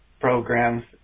programs